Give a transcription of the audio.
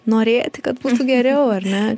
norėti kad būtų geriau ar ne